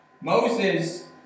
Moses